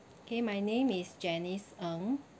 K my name is janice ng